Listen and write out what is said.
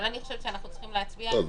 אבל אני חושבת שאנחנו צריכים להצביע,